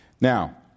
Now